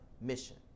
mission